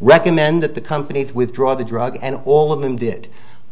recommend that the companies withdraw the drug and all of them did